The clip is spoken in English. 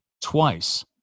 twice